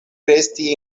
resti